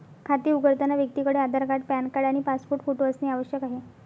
खाते उघडताना व्यक्तीकडे आधार कार्ड, पॅन कार्ड आणि पासपोर्ट फोटो असणे आवश्यक आहे